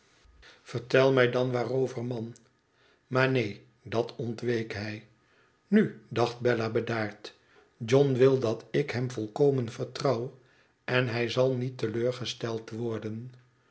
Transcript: vertel mij dan waarover man maar neen dat ontweek hij nu dacht bell a bedaard john wil dat ik hem volkomen vertrouw en hij zal niet te leur gesteld worden